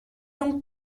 donc